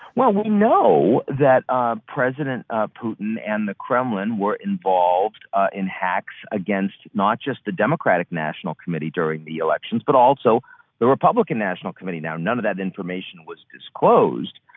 well, we know that ah president ah putin and the kremlin were involved in hacks against not just the democratic national committee during the elections, but also the republican national committee now. none of that information was disclosed,